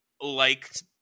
liked